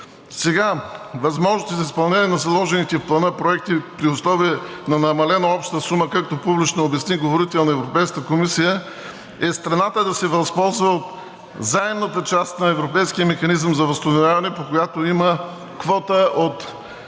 Сега възможностите за изпълнение на заложените в Плана проекти при условие на намалена обща сума, както публично обясни говорител на ЕК, е страната да се възползва от заемната част на европейския механизъм за възстановяване, по която има квота от